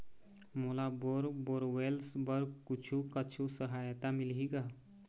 मोला bore borewells बर कुछू कछु सहायता मिलही का?